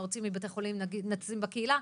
נוציא מבתי חולים נשים בקהילה.